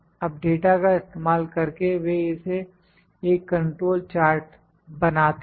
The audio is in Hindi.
अब डाटा का इस्तेमाल करके वे इसे एक कंट्रोल चार्ट बनाते हैं